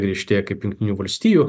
griežtėja kaip jungtinių valstijų